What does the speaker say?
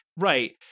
Right